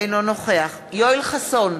אינו נוכח יואל חסון,